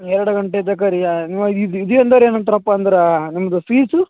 ಎರಡು ಗಂಟೆ ತನಕ ರೀ ಇವಾಗ ಇದು ಇದು ಅಂದರೇನು ಅಂತಾರಪ್ಪಾ ಅಂದ್ರೆ ನಿಮ್ದು ಫೀಜು